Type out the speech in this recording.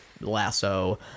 lasso